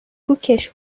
پوکش